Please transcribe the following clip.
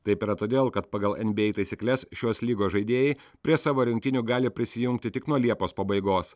taip yra todėl kad pagal nba taisykles šios lygos žaidėjai prie savo rinktinių gali prisijungti tik nuo liepos pabaigos